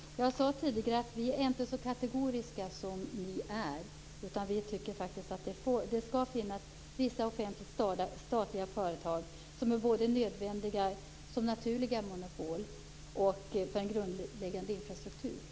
Herr talman! Jag sade tidigare att vi inte är så kategoriska som ni är. Vi tycker faktiskt att det skall finnas vissa statliga företag. Dessa är nödvändiga både som naturliga monopol och för en grundläggande infrastruktur.